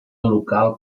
local